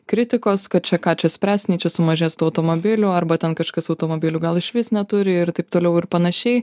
kritikos kad čia ką čia spręst nei čia sumažės tų automobilių arba ten kažkas automobilių gal išvis neturi ir taip toliau ir panašiai